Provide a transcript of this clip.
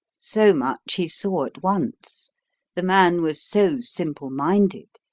so much he saw at once the man was so simple-minded,